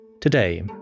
Today